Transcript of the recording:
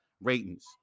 ratings